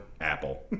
Apple